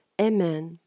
Amen